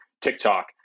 TikTok